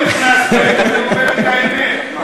אני לא נכנס בהם, אני אומר את האמת.